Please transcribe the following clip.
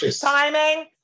timing